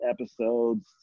episodes